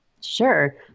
Sure